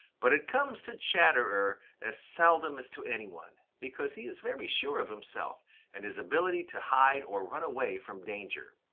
but it comes to chatterer as seldom as to any one, because he is very sure of himself and his ability to hide or run away from danger.